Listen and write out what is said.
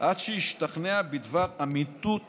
עד שישתכנע בדבר אמיתות